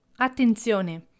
Attenzione